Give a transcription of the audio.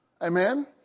Amen